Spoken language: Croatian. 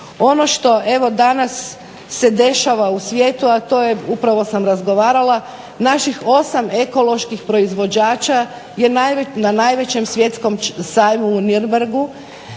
Ono što evo danas se dešava u svijetu, a to je upravo sam razgovarala, naših 8 ekoloških proizvođača jer na najvećem svjetskom sajmu u Nürnbergu